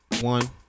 one